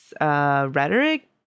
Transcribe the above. rhetoric